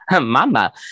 Mama